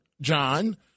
John